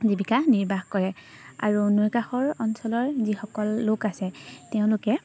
জীৱিকা নিৰ্বাহ কৰে আৰু নৈ কাষৰ অঞ্চলৰ যিসকল লোক আছে তেওঁলোকে